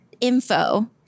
info